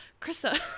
Krista